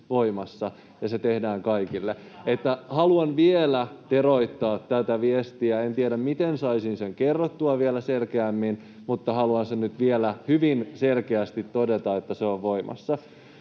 voimassa, ja se tehdään kaikille. [Leena Meren välihuuto] Haluan vielä teroittaa tätä viestiä. En tiedä, miten saisin sen kerrottua vielä selkeämmin, mutta haluan sen nyt vielä hyvin selkeästi todeta, että se on voimassa.